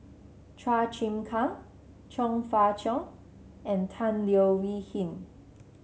Chua Chim Kang Chong Fah Cheong and Tan Leo Wee Hin